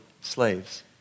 slaves